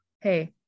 hey